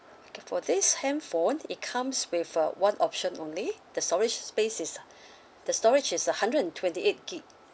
K for this handphone it comes with uh one option only the storage space is the storage is a hundred and twenty eight gig